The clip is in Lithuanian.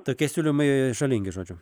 tokie siūlymai žalingi žodžiu